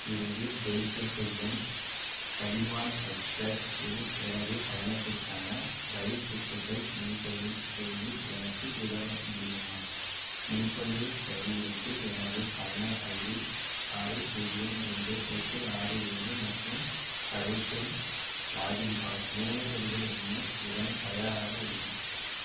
இருந்து ஜெய்ப்பூர் செல்லும் கதிமான் எக்ஸ்ப்ரஸ் இல் எனது பயணத்திற்கான இரயில் டிக்கெட்டை முன்பதிவு செய்து எனக்கு உதவ முடியுமா முன்பதிவு செயல்முறைக்கு எனது பயனர் ஐடி ஆறு பூஜ்ஜியம் ரெண்டு எட்டு ஆறு ஏழு மற்றும் கடவுச்சொல் லாகின் பாஸ் மூணு ரெண்டு ஒன்று உடன் தயாராக உள்ளேன்